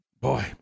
Boy